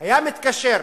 היה מתקשר,